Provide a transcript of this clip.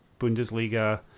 Bundesliga